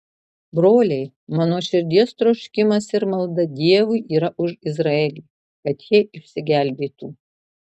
broliai mano širdies troškimas ir malda dievui yra už izraelį kad jie išsigelbėtų